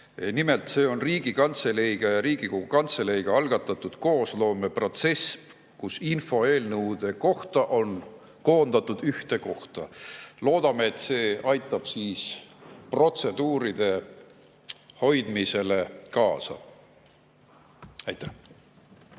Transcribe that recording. Nimelt, see on koos Riigikantseleiga ja Riigikogu Kantseleiga algatatud koosloomeprotsess, kus info eelnõude kohta on koondatud ühte kohta. Loodame, et see aitab protseduuride hoidmisele kaasa. Aitäh!